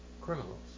Criminals